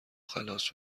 خلاص